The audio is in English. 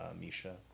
Misha